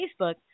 Facebook